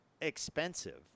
expensive